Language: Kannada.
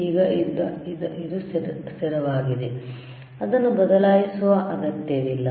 ಈಗ ಇದು ಸ್ಥಿರವಾಗಿದೆ ಅದನ್ನು ಬದಲಾಯಿಸುವ ಅಗತ್ಯವಿಲ್ಲ